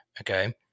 okay